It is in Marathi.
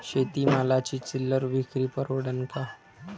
शेती मालाची चिल्लर विक्री परवडन का?